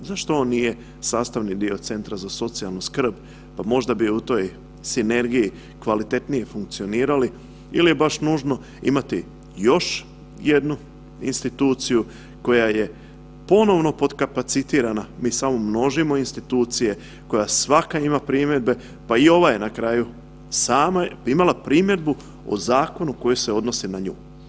Zašto on nije sastavni dio Centra za socijalnu skrb, pa možda bi u toj sinergiji kvalitetniji funkcionirali ili je baš nužno imati još jednu institucija koja je ponovno potkapacitirana, mi samo množimo institucije koja svaka ima primjedbe, pa i ona je na kraju, sama je imala primjedbu o zakonu koji se odnosi na nju.